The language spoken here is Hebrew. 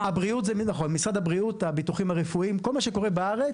הבריאות והביטוחים הרפואיים זה משרד הבריאות.